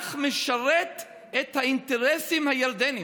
המהלך משרת את האינטרסים הירדניים,